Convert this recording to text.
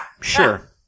Sure